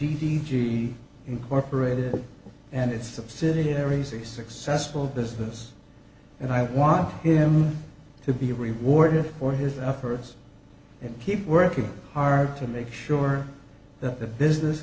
e incorporated and its subsidiaries a successful business and i want him to be rewarded for his efforts and keep working hard to make sure that the business